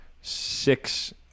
six